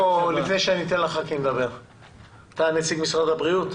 לפני שחברי הכנסת ידברו, נציג משרד הבריאות,